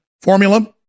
formula